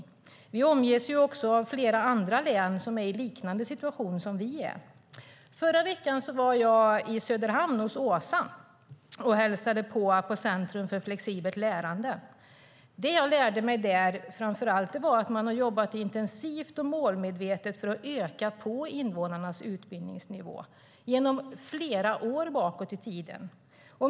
Dessutom omges vi av flera län med en liknande situation som vår. Förra veckan var jag i Söderhamn och hälsade på hos Åsa vid Centrum för flexibelt lärande. Det jag framför allt lärde mig var att de har jobbat intensivt och målmedvetet för att höja invånarnas utbildningsnivå. Det har man gjort under flera år.